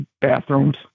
bathrooms